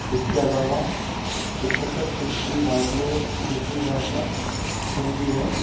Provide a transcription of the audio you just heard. इसके अलावा पचहत्तर फीसदी भारतीयों की दूसरी भाषा हिन्दी है